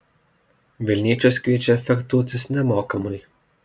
vilniečius kviečia fechtuotis nemokamai